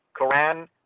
Quran